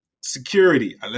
Security